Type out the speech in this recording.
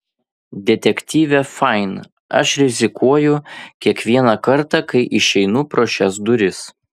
detektyve fain aš rizikuoju kiekvieną kartą kai išeinu pro šias duris